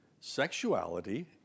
sexuality